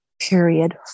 Period